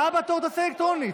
ואת הבאה בתור תעשה אלקטרונית.